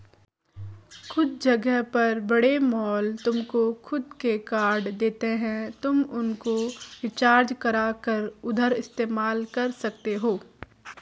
कुछ जगह पर बड़े मॉल तुमको खुद के कार्ड देते हैं तुम उनको रिचार्ज करा कर उधर इस्तेमाल कर सकते हो